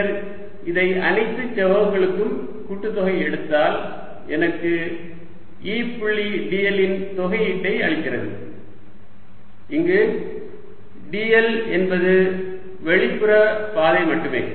பின்னர் இதை அனைத்து செவ்வகங்களுக்கும் கூட்டுத்தொகை எடுத்தால் எனக்கு E புள்ளி dl இன் தொகையீடை அளிக்கிறது இங்கு dl என்பது வெளிப்புற பாதை மட்டுமே